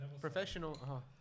professional